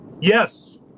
Yes